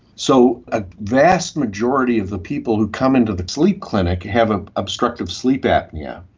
so a vast majority of the people who come into the sleep clinic have ah obstructive sleep apnoea.